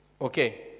Okay